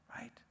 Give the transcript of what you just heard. Right